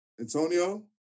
Antonio